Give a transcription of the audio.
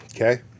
Okay